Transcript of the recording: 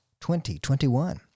2021